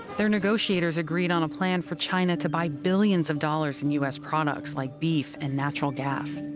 their negotiators agreed on a plan for china to buy billions of dollars in u s. products, like beef and natural gas.